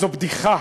זו בדיחה.